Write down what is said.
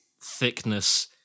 thickness